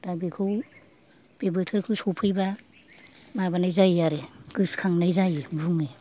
दा बेखौ बे बोथोरखौ सफैबा माबानाय जायो आरो गोसो खांनाय जायो बुङो